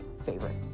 favorite